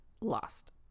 lost